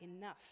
enough